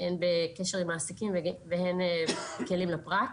הן בקשר עם מעסיקים והן כלים לפרט.